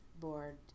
board